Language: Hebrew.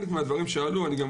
שאלתי.